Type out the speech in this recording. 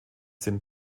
sind